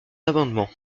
amendement